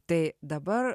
tai dabar